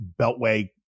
Beltway